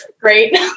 Great